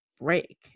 break